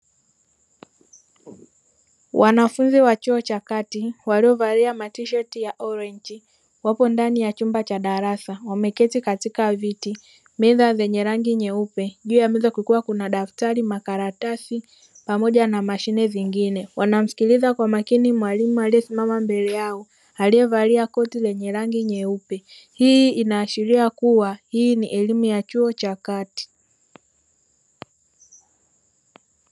Wanafunzi wa chuo cha kati waliovalia matisheti ya orenji wapo ndani ya chumba cha darasa wameketi katika viti meza zenye rangi nyeupe, juu ya meza kulikuwa kuna daftari makaratasi pamoja na mashine zingine wanamsikiliza kwa makini mwalimu aliyesimama mbele yao aliyevalia koti lenye rangi nyeupe, hii inaashiria kuwa hii ni elimu ya chuo cha kati.